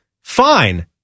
fine